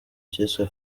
cyiswe